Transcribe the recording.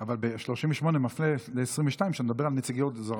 אבל 38 מפנה ל-22, שמדבר על נציגויות זרות.